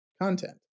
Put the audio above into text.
content